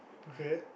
okay